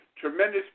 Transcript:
tremendous